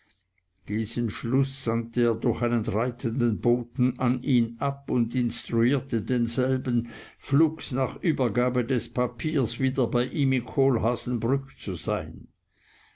diesen schluß sandte er durch einen reitenden boten an ihn ab und instruierte denselben flugs nach übergabe des papiers wieder bei ihm in kohlhaasenbrück zu sein